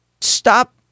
stop